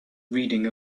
reading